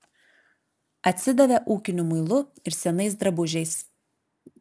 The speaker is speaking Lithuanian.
atsidavė ūkiniu muilu ir senais drabužiais